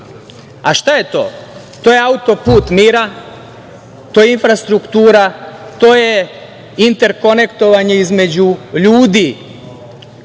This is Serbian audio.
A šta je to? To je „auto-put mira“, to je infrastruktura, to je interkonektovanje između ljudi,